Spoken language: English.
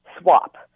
swap